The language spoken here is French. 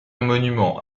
monument